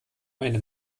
meine